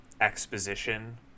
exposition